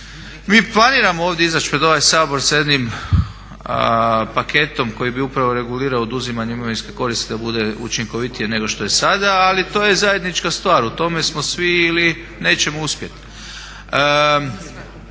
Mi planiramo ovdje izaći pred ovaj Sabor sa jednim paketom koji bi upravo regulirao oduzimanje imovinske koristi da bude učinkovitije nego što je sada. Ali to je zajednička stvar, u tome smo svi ili nećemo uspjeti.